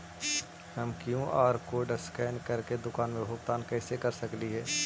हम QR code scan करके दुकान में भुगतान कैसे कर सकली हे?